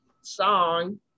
song